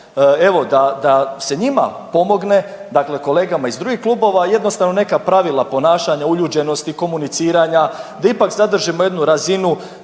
evo da se njima pomogne, dakle kolegama iz drugih klubova, jednostavno neka pravila ponašanja, uljuđenosti, komuniciranja, da ipak zadržimo jednu razinu